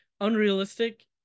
unrealistic